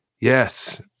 Yes